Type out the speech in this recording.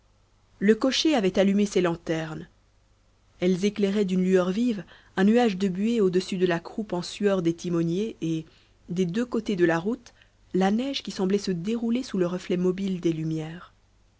le cocher avait allumé ses lanternes elles éclairaient d'une lueur vive un nuage de buée au-dessus de la croupe en sueur des timoniers et des deux côtés de la route la neige qui semblait se dérouler sous le reflet mobile des lumières